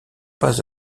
pas